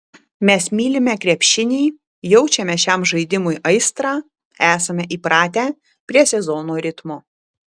mes mylime krepšinį jaučiame šiam žaidimui aistrą esame įpratę prie sezono ritmo